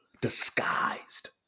disguised